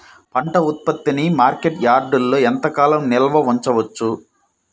పంట ఉత్పత్తిని మార్కెట్ యార్డ్లలో ఎంతకాలం నిల్వ ఉంచవచ్చు?